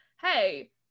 hey